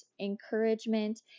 encouragement